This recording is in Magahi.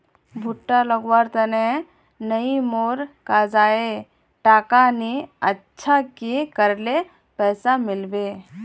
भुट्टा लगवार तने नई मोर काजाए टका नि अच्छा की करले पैसा मिलबे?